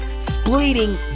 splitting